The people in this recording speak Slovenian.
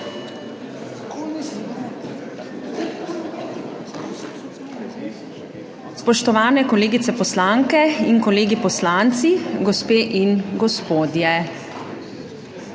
Spoštovani kolegice poslanke in kolegi poslanci, gospe in gospodje!